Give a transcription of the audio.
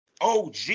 OG